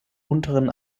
unteren